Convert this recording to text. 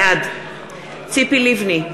בעד ציפי לבני,